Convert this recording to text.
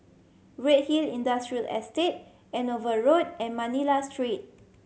Redhill Industrial Estate Andover Road and Manila Street